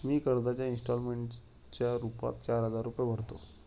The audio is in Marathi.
मी कर्जाच्या इंस्टॉलमेंटच्या रूपात चार हजार रुपये भरतो